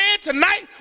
tonight